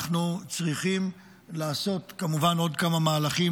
אנחנו צריכים לעשות כמובן עוד כמה מהלכים